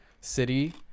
city